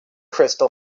crystal